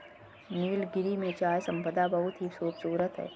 नीलगिरी में चाय संपदा बहुत ही खूबसूरत है